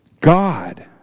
God